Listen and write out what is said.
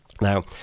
Now